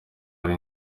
ari